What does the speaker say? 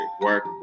work